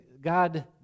God